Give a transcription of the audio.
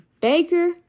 Baker